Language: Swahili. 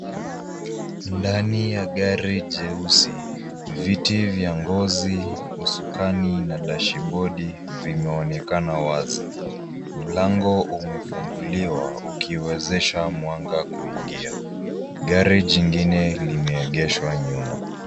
Ndani ya gari jeusi. Viti vya ngozi, usukani na dashibodi vimeonekana wazi. Mlango umefunguliwa ukiwezesha mwanga kuingia. Gari jingine limeegeshwa nyuma.